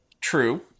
True